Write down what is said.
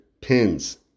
pins